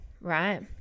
right